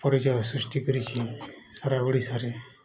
ପରିଚୟ ସୃଷ୍ଟି କରିଛି ସାରା ଓଡ଼ିଶାରେ